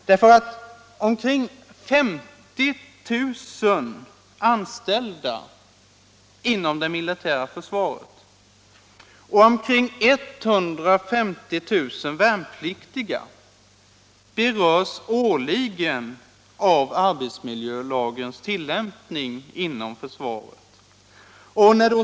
Det är nämligen omkring 50 000 anställda inom det militära försvaret och omkring 150 000 värnpliktiga som årligen berörs av arbetsmiljölagens tillämpning inom försvaret.